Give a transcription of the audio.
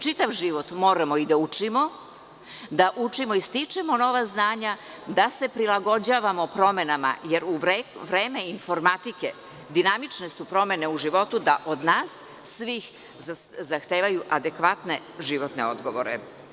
Čitav život moramo da učimo, da stičemo nova znanja, da se prilagođavamo promenama, jer u vreme informatike, dinamične su promene u životu, da od svih nas zahtevaju adekvatne životne odgovore.